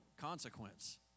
consequence